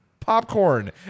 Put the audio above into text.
popcorn